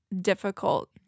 difficult